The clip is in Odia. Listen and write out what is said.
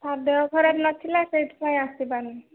ସାର୍ ଦେହ ଖରାପ ନଥିଲା ସେଥିପାଇଁ ଆସିପାରିଲି